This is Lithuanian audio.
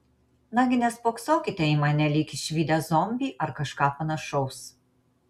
nagi nespoksokite į mane lyg išvydę zombį ar kažką panašaus